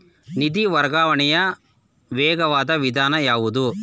ನಿಧಿ ವರ್ಗಾವಣೆಯ ವೇಗವಾದ ವಿಧಾನ ಯಾವುದು?